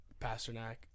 Pasternak